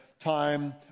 Time